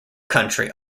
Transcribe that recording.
country